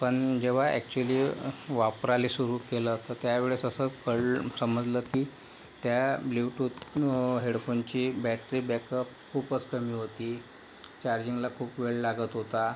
पण जेव्हा ॲक्च्युली वापरायला सुरू केलं तर त्या वेळेस असं कळलं समजलं की त्या ब्ल्यूटूथ हेडफोनची बॅटरी बॅकअप खूपच कमी होती चार्जिंगला खूप वेळ लागत होता